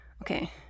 okay